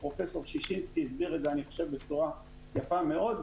פרופ' ששינסקי הסביר את זה בצורה יפה מאד,